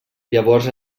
llavors